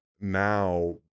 now